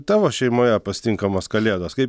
tavo šeimoje pasitinkamos kalėdos kaip